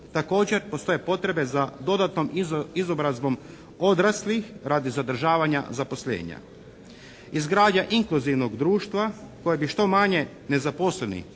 također postoje potrebe za dodatnom izobrazbom odraslih radi zadržavanja zaposlenja. Izgradnja inkluzivnog društva koje bi što manje nezaposlenih,